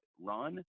run